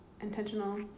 Intentional